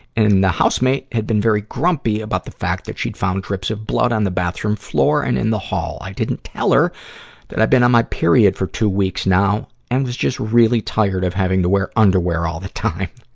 and the housemate had been very grumpy about the fact that she had found drips of blood on the bathroom floor and in the hall. i didn't tell her that i'd been on my period for two weeks now and was just really tired of having to wear underwear all the time.